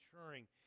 maturing